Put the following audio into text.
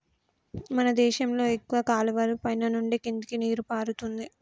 మన దేశంలో ఎక్కువ కాలువలు పైన నుండి కిందకి నీరు పారుతుంది